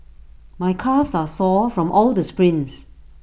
my calves are sore from all the sprints